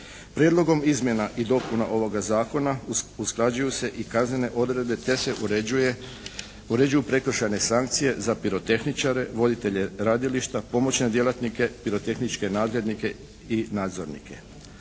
Prijedlogom izmjena i dopuna ovoga zakona usklađuju se i kaznene odredbe te se uređuju prekršajne sankcije za pirotehničare, voditelje radilišta, pomoćne djelatnike, pirotehničke nadglednike i nadzornike.